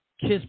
kiss